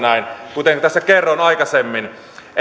kuten tässä kerroin aikaisemmin